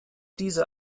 diese